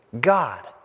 God